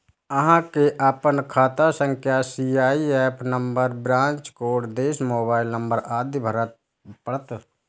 अहां कें अपन खाता संख्या, सी.आई.एफ नंबर, ब्रांच कोड, देश, मोबाइल नंबर आदि भरय पड़त